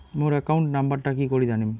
মোর account নাম্বারটা কি করি জানিম?